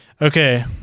okay